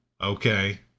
okay